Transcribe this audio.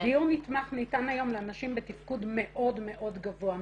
דיור נתמך ניתן היום לאנשים בתפקוד מאוד מאוד גבוה.